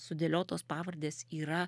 sudėliotos pavardės yra